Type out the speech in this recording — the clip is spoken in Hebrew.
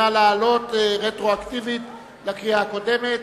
נא לעלות רטרו-אקטיבית לקריאה הקודמת.